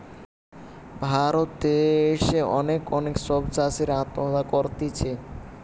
ভারত দ্যাশে অনেক অনেক সব চাষীরা আত্মহত্যা করতিছে